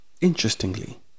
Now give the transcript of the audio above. Interestingly